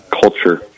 culture